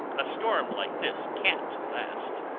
a storm like this can't last.